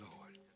Lord